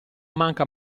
manca